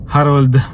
Harold